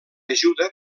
ajuda